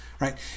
right